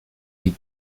die